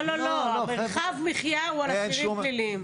לא, מרחב המחיה הוא על אסירים פליליים.